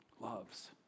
loves